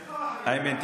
איימן,